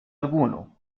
alguno